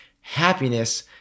happiness